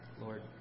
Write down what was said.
Lord